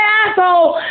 asshole